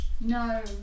No